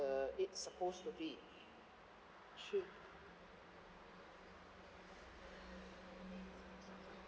uh it supposed to be should